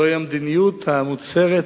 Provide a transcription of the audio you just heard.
שזוהי המדיניות המוצהרת,